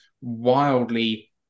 wildly –